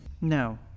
No